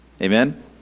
Amen